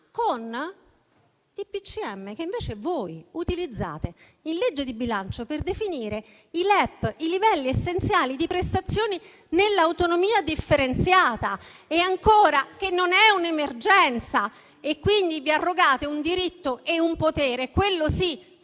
con i DPCM che invece voi utilizzate in legge di bilancio per definire i LEP, i livelli essenziali di prestazioni nell'autonomia differenziata, che non è un'emergenza. Quindi, vi arrogate un diritto e un potere, quello sì strabordante,